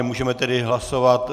Můžeme tedy hlasovat.